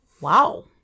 Wow